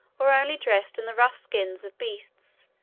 or only dressed in the rough skins of beasts,